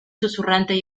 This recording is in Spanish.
susurrante